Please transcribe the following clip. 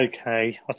okay